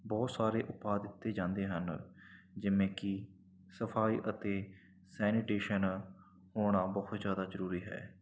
ਬਹੁਤ ਸਾਰੇ ਉਪਾਅ ਦਿੱਤੇ ਜਾਂਦੇ ਹਨ ਜਿਵੇਂ ਕਿ ਸਫਾਈ ਅਤੇ ਸੈਨੀਟੇਸ਼ਨ ਹੋਣਾ ਬਹੁਤ ਜ਼ਿਆਦਾ ਜ਼ਰੂਰੀ ਹੈ